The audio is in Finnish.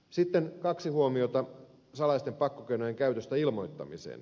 sitten kaksi huomiota salaisten pakkokeinojen käytöstä ilmoittamiseen